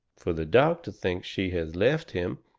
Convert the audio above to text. fur the doctor thinks she has left him,